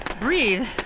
breathe